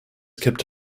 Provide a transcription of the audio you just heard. kept